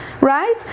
right